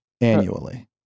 annually